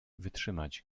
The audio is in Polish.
wytrzymać